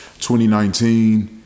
2019